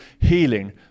Healing